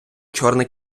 чорний